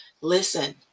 Listen